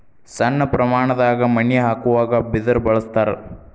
ಸಣ್ಣ ಪ್ರಮಾಣದಾಗ ಮನಿ ಹಾಕುವಾಗ ಬಿದರ ಬಳಸ್ತಾರ